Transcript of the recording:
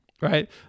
right